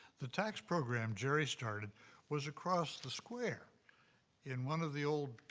the tax program jerry started was across the square in one of the old,